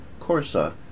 Corsa